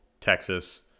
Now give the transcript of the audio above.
Texas